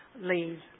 leave